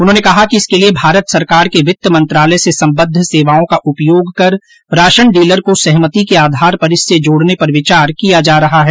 उन्होंने कहा कि इसके लिये भारत सरकार के वित्त मंत्रालय से संबद्ध सेवाओं का उपयोग कर राशन डीलर को सहमति के आधार पर इससे जोड़ने पर विचार किया जा रहा है